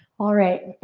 alright,